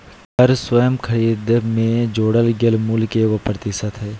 कर स्वयं खरीद में जोड़ल गेल मूल्य के एगो प्रतिशत हइ